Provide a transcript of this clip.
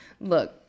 look